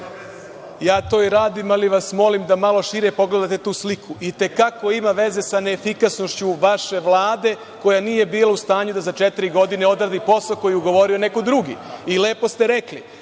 Ja to i radim, ali vas molim da malo šire pogledate tu sliku. Itekako ima veze sa neefikasnošću vaše Vlade koja nije bila u stanju da za četiri godine odradi posao koji je ugovorio neko drugi. Lepo ste rekli